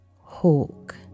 hawk